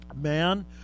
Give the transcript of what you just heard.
man